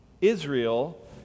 Israel